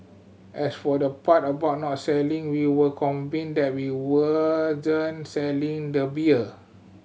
as for the part about not selling we were convinced that we wouldn't selling the beer